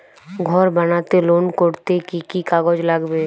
ঘর বানাতে লোন করতে কি কি কাগজ লাগবে?